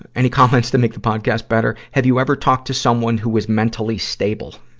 any comments to make the podcast better? have you ever talked to someone who was mentally stable?